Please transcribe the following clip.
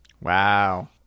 Wow